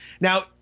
Now